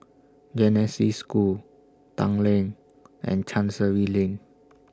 Genesis School Tanglin and Chancery Lane